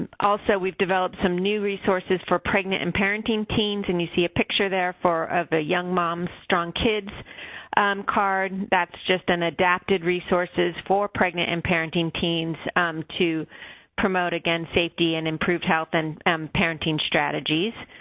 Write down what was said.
also, we've developed some new resources for pregnant and parenting teens, and you see a picture there for. of a young mom, strong kids card. that's just an. adapted resources for pregnant and parenting teens to promote, again, safety and improve health and parenting strategies.